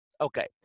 Okay